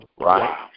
right